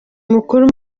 mukuru